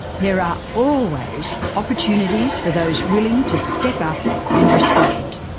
there are always opportunities for those willing to step up and respond.